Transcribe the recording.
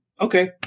Okay